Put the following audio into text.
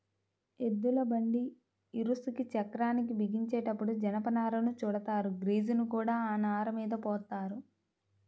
ఎద్దుల బండి ఇరుసుకి చక్రాల్ని బిగించేటప్పుడు జనపనారను చుడతారు, గ్రీజుని కూడా ఆ నారమీద పోత్తారు